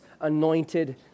anointed